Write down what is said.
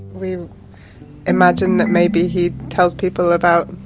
we imagine that maybe he tells people about,